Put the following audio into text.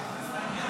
נאור שירי,